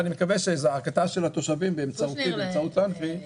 ואני מקווה שזעקתם של התושבים באמצעותי ובאמצעות לנקרי --- קושניר,